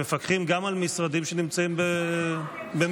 שמפקחים גם על משרדים שנמצאים במפלגתם.